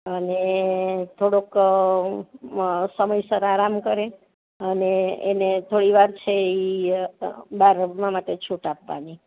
અને થોડોક સમયસર આરામ કરે અને એને થોડીવાર છે ઈ બહાર રમવા માટે છૂટ આપવાની